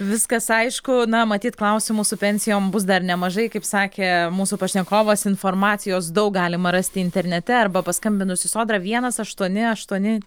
viskas aišku na matyt klausimų su pensijom bus dar nemažai kaip sakė mūsų pašnekovas informacijos daug galima rasti internete arba paskambinus į sodrą vienas aštuoni aštuoni